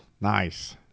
Nice